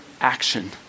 action